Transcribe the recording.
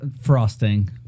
Frosting